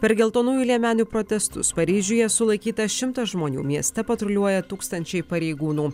per geltonųjų liemenių protestus paryžiuje sulaikyta šimtas žmonių mieste patruliuoja tūkstančiai pareigūnų